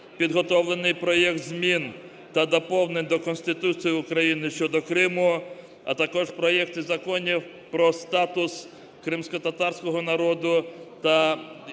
підготовлений проект змін та доповнень до Конституції щодо Криму, а також проект Закону про статус кримськотатарського народу